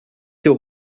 seu